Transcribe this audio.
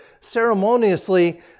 Ceremoniously